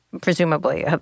presumably